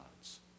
God's